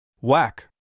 Whack